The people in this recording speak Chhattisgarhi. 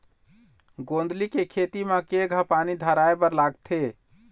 गोंदली के खेती म केघा पानी धराए बर लागथे?